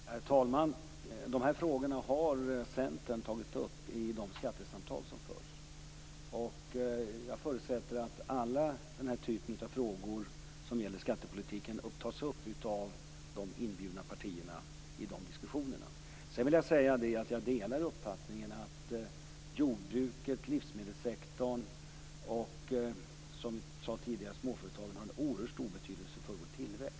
Herr talman! De här frågorna har Centern tagit upp i de skattesamtal som förs. Jag förutsätter att alla frågor av den här typen som gäller skattepolitiken tas upp av de inbjudna partierna i de diskussionerna. Sedan vill jag säga att jag delar uppfattningen att jordbruket, livsmedelssektorn och, som vi sade tidigare, småföretagarna har en oerhört stor betydelse för vår tillväxt.